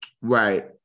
Right